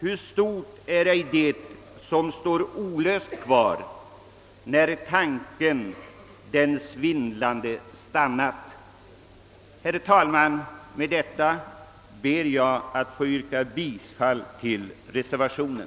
Hur stort är ej det som står olöst kvar. När tanken den svindlande stannat.» Herr talman! Med detta ber jag att få yrka bifall till reservationen.